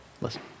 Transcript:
listen